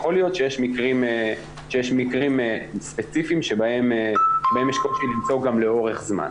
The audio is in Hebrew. יכול להיות שיש מקרים ספציפיים שבהם יש קושי למצוא גם לאורך זמן.